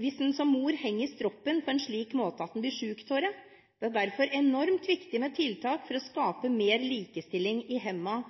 hvis en som mor henger i stroppen på en slik måte at en blir syk av det. Det er derfor enormt viktig med tiltak for å skape mer likestilling i